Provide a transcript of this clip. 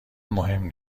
مهم